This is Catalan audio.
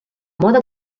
mode